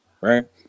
right